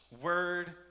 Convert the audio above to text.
word